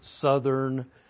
southern